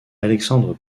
alexandre